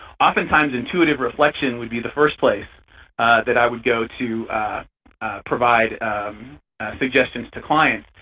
oftentimes intuitive reflection would be the first place that i would go to provide suggestions to clients.